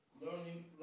learning